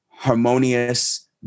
harmonious